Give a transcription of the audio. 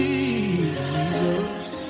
Jesus